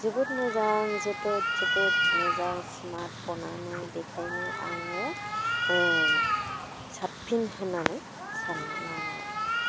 जोबोद मोजां जोबोद जोबोद मोजां स्मार्टफ'नानो बेनिखायनो आङो साबसिन होननानै सानना लाबाय